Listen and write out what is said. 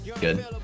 Good